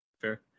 Fair